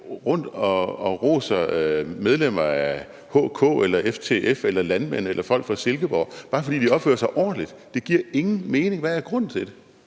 rundt og roser medlemmer af HK eller FTF eller landmænd eller folk fra Silkeborg, bare fordi de opfører sig ordentligt. Det giver ingen mening. Hvad er grunden til det?